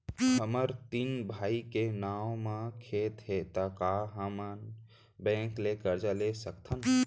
हमर तीन भाई के नाव म खेत हे त का हमन बैंक ले करजा ले सकथन?